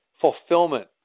Fulfillment